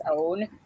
own